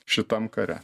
šitam kare